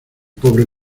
pobre